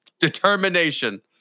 determination